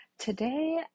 Today